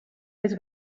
més